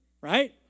right